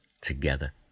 together